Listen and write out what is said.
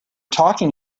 talking